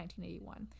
1981